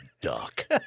duck